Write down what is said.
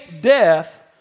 death